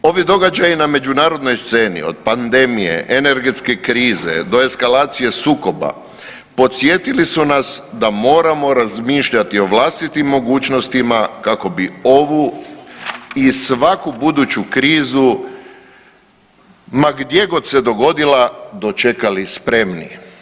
Ovi događaji na međunarodnoj sceni od pandemije, energetske krize do eskalacije sukoba podsjetili su nas da moramo razmišljati o vlastitim mogućnostima kako bi ovu i svaku buduću krizu ma gdje god se dogodila dočekali spremni.